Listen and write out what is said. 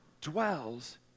dwells